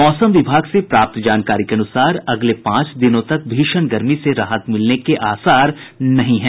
मौसम विभाग से प्राप्त जानकारी के अनुसार अगले पांच दिनों तक भीषण गर्मी से राहत मिलने के आसार नहीं है